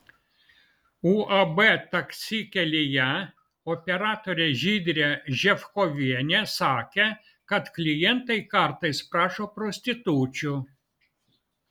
uab taksi kelyje operatorė žydrė ževkovienė sakė kad klientai kartais prašo prostitučių